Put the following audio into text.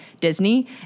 Disney